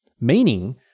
meaning